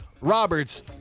Robert's